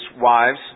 wives